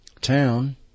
town